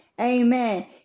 Amen